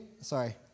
sorry